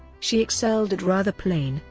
she excelled at rather plain,